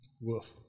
Woof